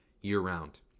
year-round